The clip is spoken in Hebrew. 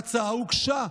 ההצעה הוגשה.